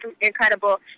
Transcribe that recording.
incredible